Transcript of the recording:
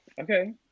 Okay